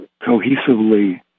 cohesively